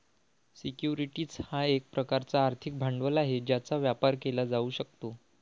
securities हा एक प्रकारचा आर्थिक भांडवल आहे ज्याचा व्यापार केला जाऊ शकतो